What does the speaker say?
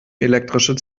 elektrische